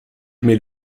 mais